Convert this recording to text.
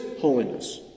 holiness